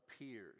appears